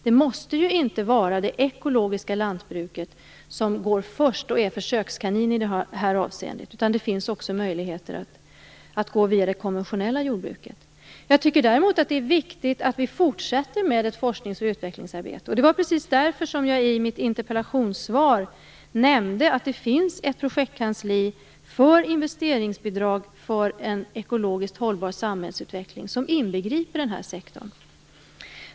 Det måste inte vara det ekologiska lantbruket som går först och är försökskanin i det här avseendet. Det finns också möjligheter att gå via det konventionella jordbruket. Jag tycker däremot att det är viktigt att vi fortsätter med ett forsknings och utvecklingsarbete. Det var precis därför som jag i mitt interpellationssvar nämnde att det finns ett projektkansli för investeringsbidrag för en ekologiskt hållbar samhällsutveckling som inbegriper den här sektorn.